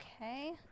Okay